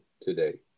today